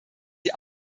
die